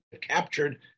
captured